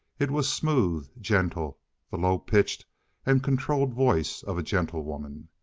it was smooth, gentle the low-pitched and controlled voice of a gentlewoman.